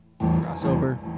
Crossover